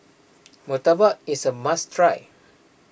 Murtabak is a must try